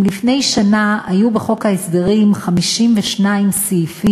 אם לפני שנה היו בחוק ההסדרים 52 סעיפים,